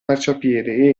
marciapiede